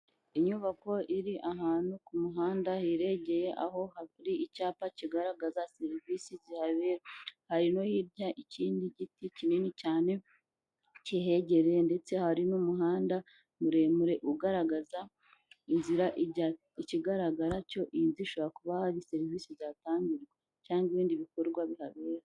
Inyubako iri ahantu ku muhanda hirengeye, aho hari icyapa kigaragaza serivisi zihabera, hari no hirya ikindi giti kinini cyane kihegereye ndetse hari n'umuhanda muremure ugaragaza inzira ijyayo, ikigaragaracyo iyi nzu ishobora kuba hari serivisi zihatangirwa cyangwa ibindi bikorwa bihabera.